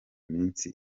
minsi